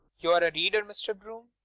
you're a reader, mr. broome.